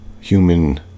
human